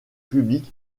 publics